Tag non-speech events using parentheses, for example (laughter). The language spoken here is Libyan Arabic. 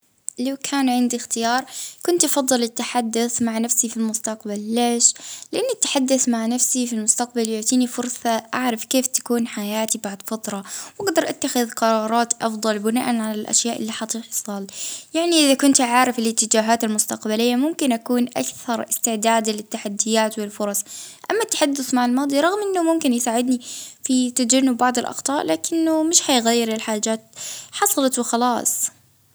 ها أكيد كنت نختار نتحدث مع نفسي في المستقبل، (hesitation) باش (hesitation) نخطط أفضل ونفهم اللي جاي.